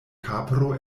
kapro